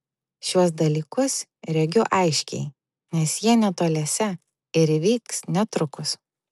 šiuos dalykus regiu aiškiai nes jie netoliese ir įvyks netrukus